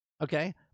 okay